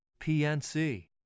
PNC